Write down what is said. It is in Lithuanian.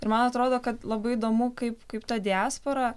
ir man atrodo kad labai įdomu kaip kaip ta diaspora